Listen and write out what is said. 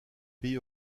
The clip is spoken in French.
pays